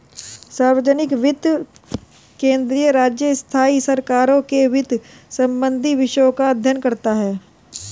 सार्वजनिक वित्त केंद्रीय, राज्य, स्थाई सरकारों के वित्त संबंधी विषयों का अध्ययन करता हैं